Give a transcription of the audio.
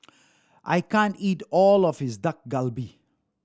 I can't eat all of is Dak Galbi